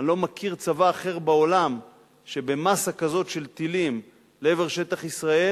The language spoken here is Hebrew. אני לא מכיר צבא אחר בעולם שבמאסה כזאת של טילים לעבר שטח ישראל,